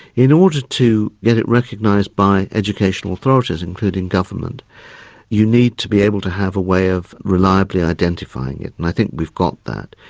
in order to get it recognised by education authorities including government you need to be able to have a way of reliably identifying it and i think we've got that.